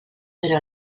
però